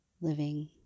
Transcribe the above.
living